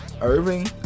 Irving